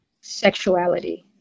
sexuality